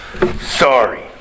Sorry